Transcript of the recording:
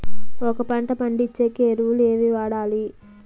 ఒక పంట పండించేకి ఎరువులు ఏవి వాడాలి?